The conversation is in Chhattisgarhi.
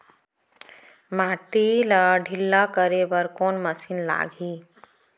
माटी ला ढिल्ला करे बर कोन मशीन लागही?